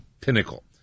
pinnacle